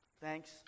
thanks